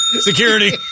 security